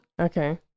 Okay